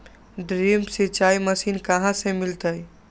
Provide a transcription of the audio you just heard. Drip सिंचाई machine कहाँ से मिलतै?